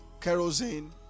kerosene